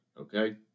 okay